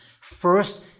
First